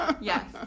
yes